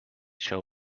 show